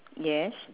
yes